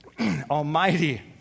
Almighty